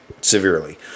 severely